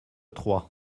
trois